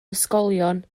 ysgolion